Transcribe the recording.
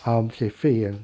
uh 是肺炎